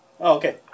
Okay